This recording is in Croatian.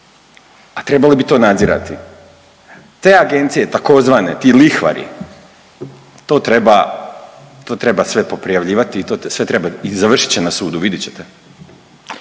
a trebali bi to nadzirati. Te agencije tzv. ti lihvari to treba, to treba sve poprijavljivati i to sve treba i završit će na sudu, vidjet ćete.